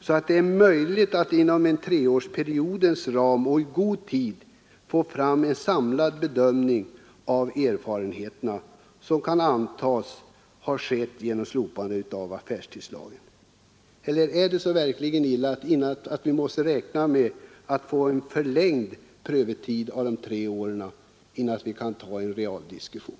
Blir det möjligt att inom treårsperiodens ram och i god tid få fram en samlad bedömning av de erfarenheter man fått genom slopandet av affärstidslagen? Är det verkligen så illa att vi måste räkna med en förlängd prövotid, efter de tre åren, innan vi kan föra en realdiskussion?